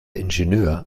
ingenieur